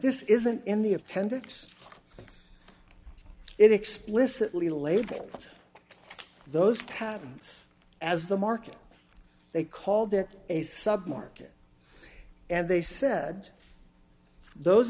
this isn't in the appendix it explicitly label those patterns as the market they called it a sub market and they said those